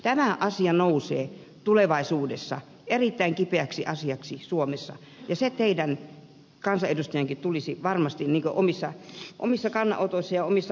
tämä asia nousee tulevaisuudessa erittäin kipeäksi suomessa ja se teidän kansanedustajienkin tulisi varmasti omissa kannanotoissanne ja omassa olemisessanne muistaa